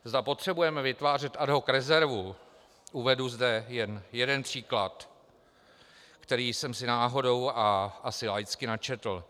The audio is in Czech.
Zda potřebujeme vytvářet ad hoc rezervu uvedu zde jen jeden příklad, který jsem si náhodou a asi laicky načetl.